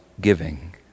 giving